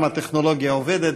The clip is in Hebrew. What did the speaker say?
גם הטכנולוגיה עובדת.